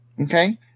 Okay